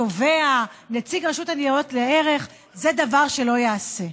התובע, נציג הרשות לניירות ערך, זה דבר שלא ייעשה.